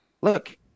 look